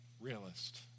realist